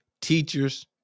teachers